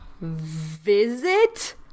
visit